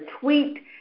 tweet